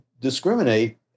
discriminate